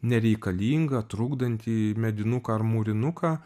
nereikalingą trukdantį medinuką ar mūrinuką